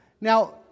Now